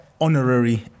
honorary